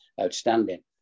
outstanding